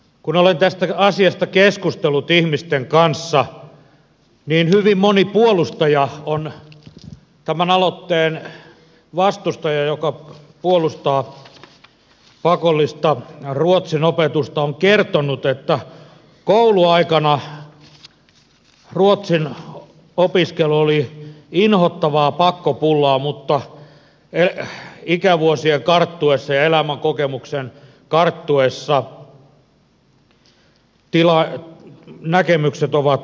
kun olen tästä asiasta keskustellut ihmisten kanssa niin hyvin moni puolustaja on se tämän alotteen vastustaja joka puolustaa pakollista ruotsin opetusta tämän aloitteen vastustaja on kertonut että kouluaikana ruotsin opiskelu oli inhottavaa pakkopullaa mutta ikävuosien karttuessa ja elämänkokemuksen karttuessa näkemykset ovat muuttuneet